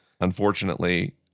Unfortunately